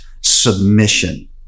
submission